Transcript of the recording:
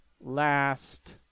last